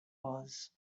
was